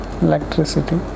electricity